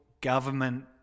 government